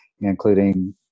including